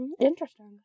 Interesting